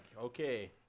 Okay